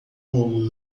longo